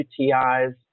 UTIs